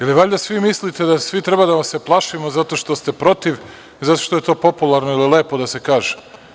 Ili, valjda svi mislite da svi treba da vas se plašimo zato što ste protiv i zato što je to popularno ili lepo da se kaže.